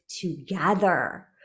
together